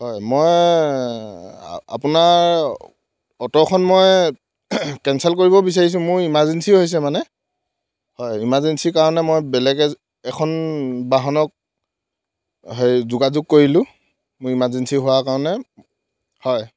হয় মই আপোনাৰ অট'খন মই কেনচেল কৰিব বিচাৰিছোঁ মোৰ ইমাৰ্জেন্সী হৈছে মানে হয় ইমাৰ্জেন্সী কাৰণে মই বেলেগ এজ এখন বাহনক হেৰি যোগাযোগ কৰিলোঁ মোৰ ইমাৰ্জেন্সী হোৱা কাৰণে হয়